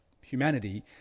humanity